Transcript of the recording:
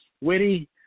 witty